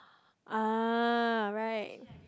ah right